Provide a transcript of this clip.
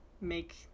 make